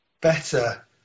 better